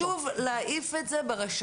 חשוב להעיף את זה ברשתות.